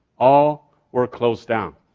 all were closed down.